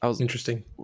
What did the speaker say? Interesting